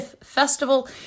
festival